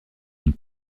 une